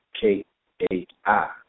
K-A-I